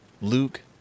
Luke